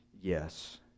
yes